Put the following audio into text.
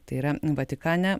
tai yra vatikane